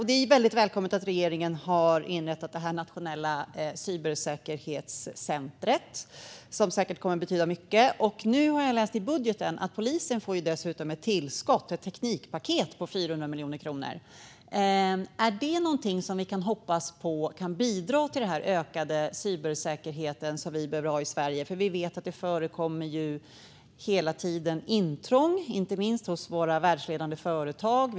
Det är väldigt välkommet att regeringen har inrättat det nationella cybersäkerhetscentret, som säkert kommer att betyda mycket. Jag har läst i budgeten att polisen dessutom får ett tillskott, ett teknikpaket på 400 miljoner kronor. Kan vi hoppas att detta kan bidra till den ökade cybersäkerhet som vi behöver ha i Sverige? Vi vet ju att det hela tiden förekommer intrång, inte minst hos våra världsledande företag.